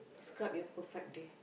scrub your perfect day